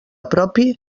propi